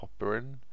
Popperin